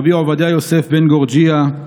רבי עובדיה יוסף בן גורג'יה,